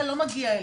מגיע אליך,